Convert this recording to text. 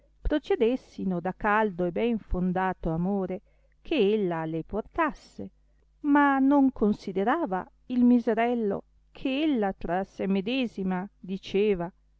procedessino da caldo e ben fondato amore che ella le portasse ma non considerava il miserello che ella tra se medesima diceva